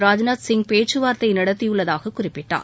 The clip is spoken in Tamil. ராஜ்நாத் சிங் பேச்சுவார்த்தை நடத்தியிருப்பதாக குறிப்பிட்டார்